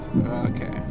Okay